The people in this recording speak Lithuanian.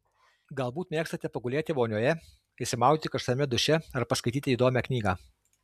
galbūt mėgstate pagulėti vonioje išsimaudyti karštame duše ar paskaityti įdomią knygą